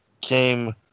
came